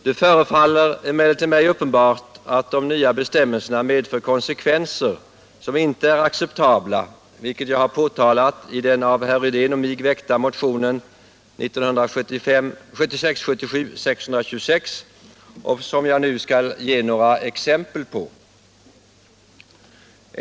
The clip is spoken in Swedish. Det förefaller emellertid mig uppenbart att de nya bestämmelserna medför konsekvenser som inte är acceptabla — något som påtalas i den av herr Rydén och mig väckta motionen 1976/77:626 —- och som jag nu skall ge några exempel på.